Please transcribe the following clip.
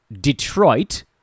Detroit